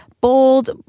bold